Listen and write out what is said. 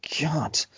God